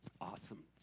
Awesome